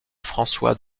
françois